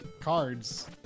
cards